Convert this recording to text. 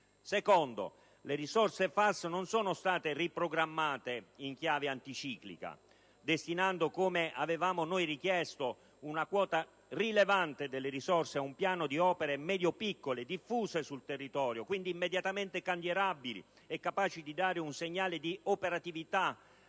luogo, le risorse FAS non sono state riprogrammate in chiave anticiclica destinando, come avevamo noi richiesto, una quota rilevante delle risorse ad un piano di opere medio-piccole diffuse sul territorio e quindi immediatamente cantierabili e capaci di dare un segnale di operatività